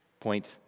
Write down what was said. Point